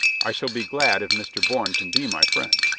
i shall be glad if mr. bourne can be my friend,